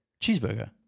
Cheeseburger